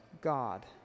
god